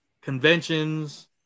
conventions